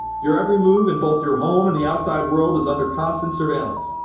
your every move in both your home and the outside world is under constant surveillance,